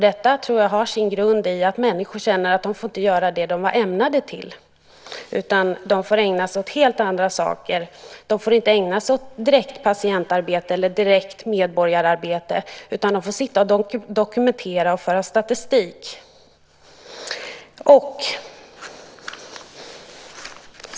Detta tror jag har sin grund i att människor känner att de inte får göra det de var ämnade till, utan de får ägna sig åt helt andra saker. De får inte ägna sig åt direkt patientarbete eller direkt medborgararbete, utan de får sitta och dokumentera och föra statistik.